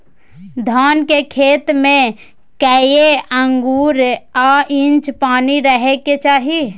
धान के खेत में कैए आंगुर आ इंच पानी रहै के चाही?